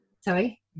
Sorry